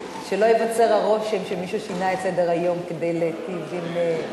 שלא ייווצר הרושם שמישהו שינה את סדר-היום כדי להיטיב עם,